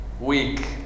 week